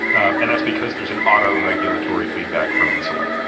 and that's because there's an auto regulatory feedback from insulin.